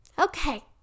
Okay